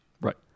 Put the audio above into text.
Right